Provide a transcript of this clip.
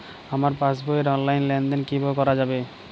আমার পাসবই র অনলাইন লেনদেন কিভাবে করা যাবে?